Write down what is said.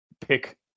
pick